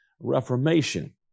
Reformation